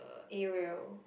area